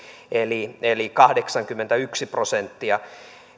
eli eli kahdeksankymmentäyksi prosenttia